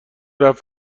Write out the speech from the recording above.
رفت